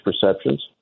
perceptions